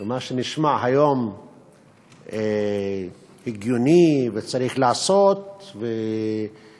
ומה שנשמע היום הגיוני, וצריך להיעשות ומתבקש,